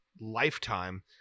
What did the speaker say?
lifetime